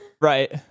Right